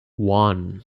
one